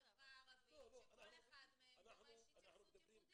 החברה הערבית שכל אחד מהם דורש התערבות ייחודית.